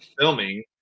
filming